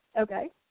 Okay